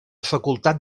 facultat